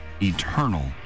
eternal